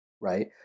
right